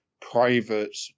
private